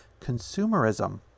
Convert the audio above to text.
consumerism